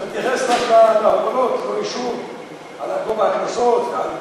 אתה מתייחס רק, על גובה הקנסות, על,